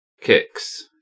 Kicks